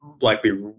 likely